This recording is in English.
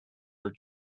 are